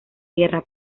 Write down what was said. guerra